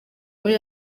kuri